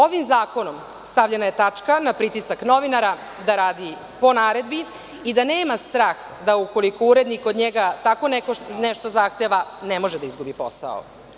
Ovim zakonom stavljena je tačka na pritisak novinara da radi po naredbi i da nema strahda, ukoliko urednik od njega tako nešto zahteva, može da izgubi posao.